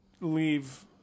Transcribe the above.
leave